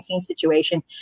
situation